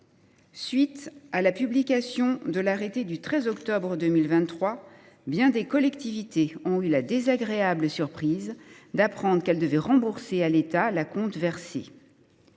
suite de la publication de l’arrêté du 13 octobre 2023, bien des collectivités ont eu la désagréable surprise d’apprendre qu’elles devaient rembourser à l’État l’acompte versé.